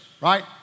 right